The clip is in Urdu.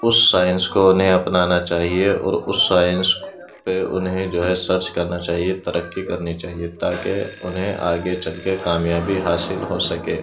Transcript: اس سائنس کو انہیں اپنانا چاہیے اور اس سائنس کو انہیں جو ہے سرچ کرنا چاہیے ترقی کرنی چاہیے تاکہ انہیں آگے چل کے کامیابی حاصل ہو سکے